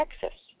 Texas